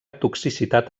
toxicitat